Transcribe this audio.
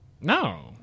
No